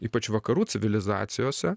ypač vakarų civilizacijose